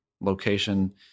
location